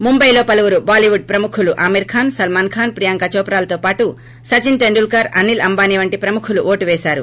ముంబైలో పలువురు బాలీవుడ్ ప్రముఖులు ఆమీర్ ఖాస్ సల్మాస్ ఖాస్ ప్రియాంక చోప్రాలతో పాటు సచిన్ టెండూల్కర్ అనిల్ అంబానీ వంటి ప్రముఖులు ఓటు పేశారు